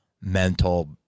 mental